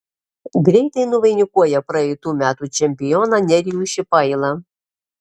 greitai nuvainikuoja praeitų metų čempioną nerijų šipailą